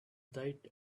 diet